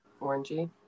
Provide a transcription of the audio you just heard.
orangey